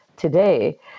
today